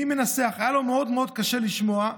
היה לו מאוד מאוד קשה לשמוע: